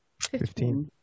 fifteen